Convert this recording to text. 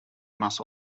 must